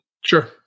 sure